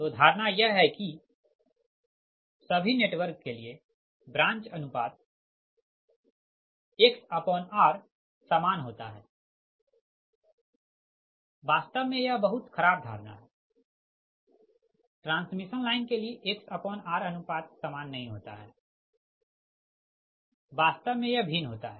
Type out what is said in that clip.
तोधारणा यह है कि सभी नेटवर्क के लिए ब्रांच अनुपात XR सामान होता है वास्तव में यह बहुत ख़राब धारणा है ट्रांसमिशन लाइन के लिए XRअनुपात सामान नही होता है वास्तव में यह भिन्न होता है